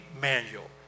manual